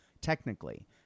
technically